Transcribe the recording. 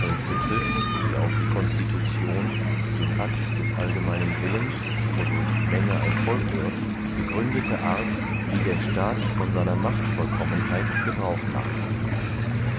und betrifft die auf die constitution den akt des allgemeinen willens wodurch die menge ein volk wird gegründete art wie der staat von seiner machtvollkommenheit gebrauch macht